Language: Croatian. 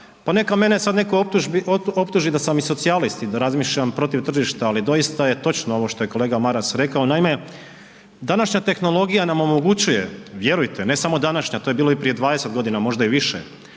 pa neka mene sad neko optuži da sam i socijalist i da razmišljam protiv tržišta, ali doista je točno ovo što je kolega Maras rekao. Naime, današnja tehnologija nam omogućuje, vjerujte, ne samo i današnja, to je bilo i prije 20 godina, možda i više,